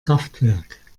kraftwerk